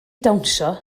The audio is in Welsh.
dawnsio